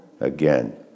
again